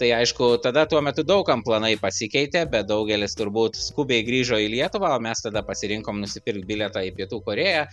tai aišku tada tuo metu daug kam planai pasikeitė bet daugelis turbūt skubiai grįžo į lietuvą o mes tada pasirinkom nusipirkt bilietą į pietų korėją